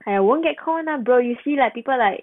I won't get caught lah bro you see like people like